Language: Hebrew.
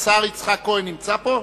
כבוד השר יצחק כהן נמצא פה?